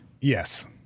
Yes